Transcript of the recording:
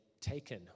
taken